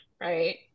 right